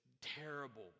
terrible